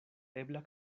ebla